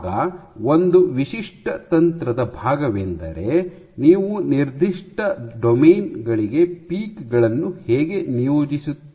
ಈಗ ಒಂದು ವಿಶಿಷ್ಟ ತಂತ್ರದ ಭಾಗವೆಂದರೆ ನೀವು ನಿರ್ದಿಷ್ಟ ಡೊಮೇನ್ ಗಳಿಗೆ ಪೀಕ್ ಗಳನ್ನು ಹೇಗೆ ನಿಯೋಜಿಸುತ್ತೀರಿ